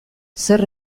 zer